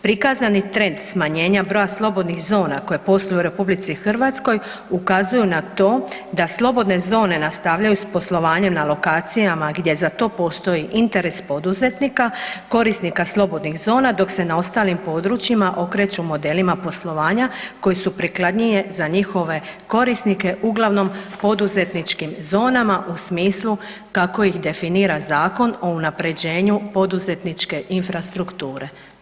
Prikazani trend smanjenja broja slobodnih zona koje posluju u RH, ukazuju na to da slobodne zone nastavljaju s poslovanjem na lokacijama gdje za to postoji interes poduzetnika, korisnika slobodnih zona dok se na ostalim područjima okreću modelima poslovanja koji su prikladnije za njihove korisnike, uglavnom poduzetničkim zonama u smislu kako ih definira Zakon o unaprjeđenju poduzetničke infrastrukture.